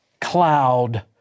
cloud